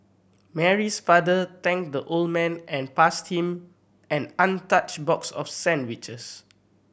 Mary's father thanked the old man and passed him an untouched box of sandwiches